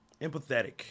Empathetic